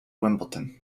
wimbledon